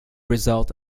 result